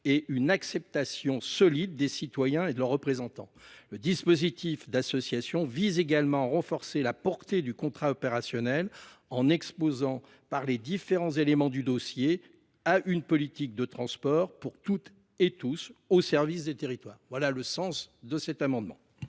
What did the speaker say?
et une acceptation solide des citoyens et de leurs représentants. Le dispositif d'association vise également à renforcer la portée du contrat opérationnel en exposant par les différents éléments du dossier à une politique de transport pour toutes et tous, au service des territoires. Voilà le sens de cet amendement.